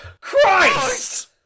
Christ